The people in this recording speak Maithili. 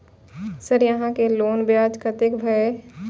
सर यहां के लोन ब्याज कतेक भेलेय?